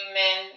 men